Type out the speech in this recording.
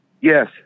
yes